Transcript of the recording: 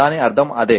దాని అర్థం అదే